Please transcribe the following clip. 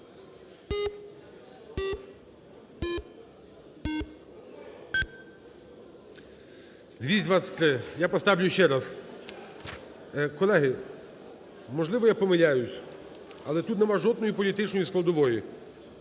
За-223 Я поставлю ще раз. Колеги, можливо, я помиляюсь, але тут нема жодної політичної складової,